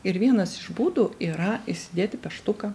ir vienas iš būdų yra įsidėti pieštuką